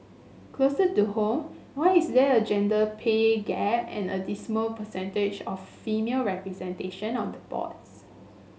closer to home why is there a gender pay gap and a dismal percentage of female representation on the boards